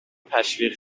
تشویق